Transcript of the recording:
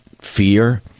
fear